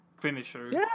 finishers